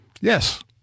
Yes